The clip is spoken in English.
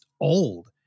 old